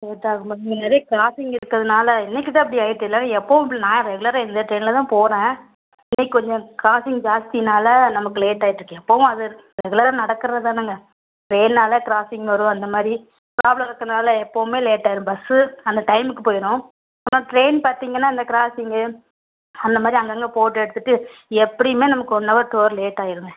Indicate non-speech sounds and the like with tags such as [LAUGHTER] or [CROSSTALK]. [UNINTELLIGIBLE] இன்னைக்கு நிறைய கிராஸிங் இருக்கிறதுனால இன்னைக்கு தான் இப்படி ஆகிட்டு இல்லைனா எப்போதும் இப்படில்ல நான் ரெகுலராக இந்த டிரெயினில் தான் போகிறேன் இன்னைக்கு கொஞ்சம் கிராஸிங் ஜாஸ்தியினால நமக்கு லேட்டாகிட்டுருக்கு எப்போதும் அது ரெகுலராக நடக்கிறது தானேங்க டிரெயின்னாலே கிராஸிங் வரும் அந்த மாதிரி ப்ராப்ளம் இருக்கனால எப்போதுமே லேட்டாயிடும் பஸ்ஸு அந்த டைமுக்கு போயிடும் ஆனால் டிரெயின் பார்த்திங்கனா அந்த கிராஸிங்கு அந்த மாதிரி அங்கங்கே போட்டு எடுத்துகிட்டு எப்படியுமே நமக்கு ஒன் அவர் டூ ஹவர் லேட்டாயிடுங்க